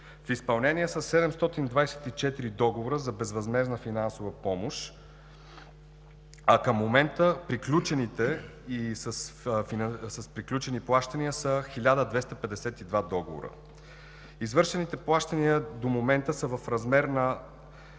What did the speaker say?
В изпълнение са 724 договора за безвъзмездна финансова помощ, а към момента приключените и с приключени плащания са 1252 договора. Извършените плащания до момента са в размер над